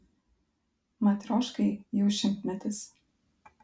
matrioškai jau šimtmetis